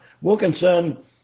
Wilkinson